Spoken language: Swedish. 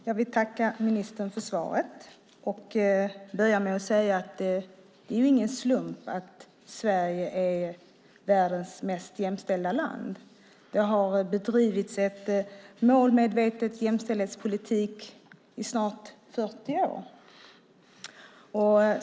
Herr talman! Jag tackar ministern för svaret och börjar med att säga att det inte är någon slump att Sverige är världens mest jämställda land. Det har bedrivits en målmedveten jämställdhetspolitik i snart 40 år.